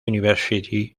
university